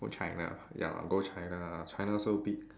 go China ya lah go China ah China so big